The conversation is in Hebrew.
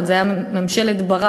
זה היה עוד בממשלת ברק,